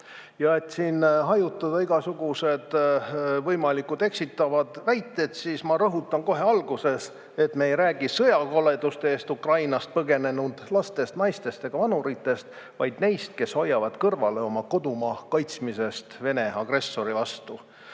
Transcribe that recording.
Ja et siin hajutada igasugused võimalikud eksitavad väited, siis ma rõhutan kohe alguses, et me ei räägi sõjakoleduste eest Ukrainast põgenenud lastest, naistest ja vanuritest, vaid neist, kes hoiavad kõrvale oma kodumaa kaitsmisest Vene agressori vastu.